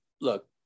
look